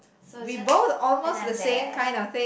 so is just and I'm there